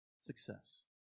success